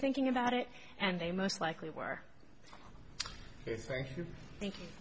thinking about it and they most likely were thinking